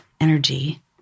energy